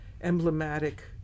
emblematic